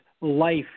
life